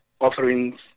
offerings